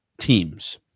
teams